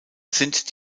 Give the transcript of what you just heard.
sind